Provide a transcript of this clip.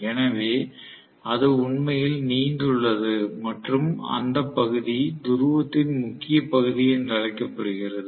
னவே அது உண்மையில் நீண்டுள்ளது மற்றும் அந்த பகுதி துருவத்தின் முக்கிய பகுதி என்று அழைக்கப்படுகிறது